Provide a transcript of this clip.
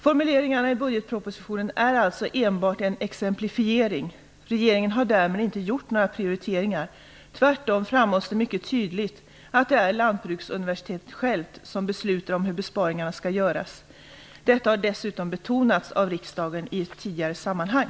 Formuleringen i budgetpropositionen är alltså enbart en exemplifiering. Regeringen har därmed inte gjort några prioriteringar. Tvärtom framhålls det mycket tydligt att det är Lantbruksuniversitetet självt som beslutar om hur besparingarna skall göras. Detta har dessutom betonats av riksdagen i ett tidigare sammanhang.